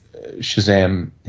Shazam